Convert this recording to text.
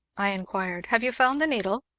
i inquired. have you found the needle?